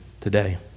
today